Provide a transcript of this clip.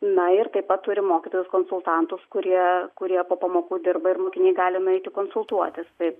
na ir taip pat turi mokytojus konsultantus kurie kurie po pamokų dirba ir mokiniai gali eiti konsultuotis tai